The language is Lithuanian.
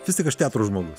vis tik aš teatro žmogus